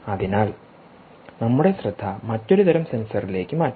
അതിനാൽ നമ്മുടെ ശ്രദ്ധ മറ്റൊരു തരം സെൻസറിലേക്ക് മാറ്റാം